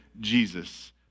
Jesus